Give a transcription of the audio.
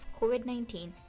COVID-19